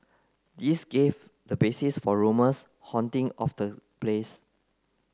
this gave the basis for rumours haunting of the place